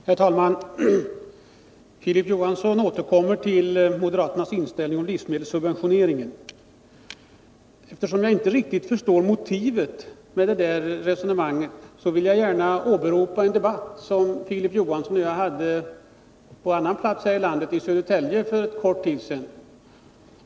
Herr talman! Filip Johansson återkommer till moderaternas inställning när det gäller livsmedelssubventioneringen. Eftersom jag inte riktigt förstår motivet för det här resonemanget, vill jag åberopa en debatt som Filip Johansson och jag hade på annan plats här i landet, i Södertälje, för en kort tid sedan.